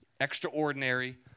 extraordinary